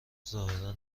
ظاهرا